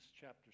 chapter